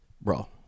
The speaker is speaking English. Bro